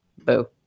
Boo